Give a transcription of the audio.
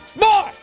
more